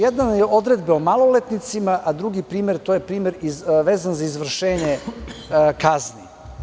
Jedan primer su odredbe o maloletnicima, a drugi primer je primer vezan za izvršenje kazni.